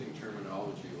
terminology